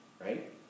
right